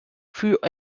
fut